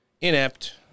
inept